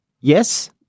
Yes